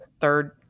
third